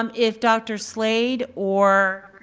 um if dr. slade or